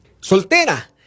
soltera